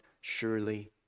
surely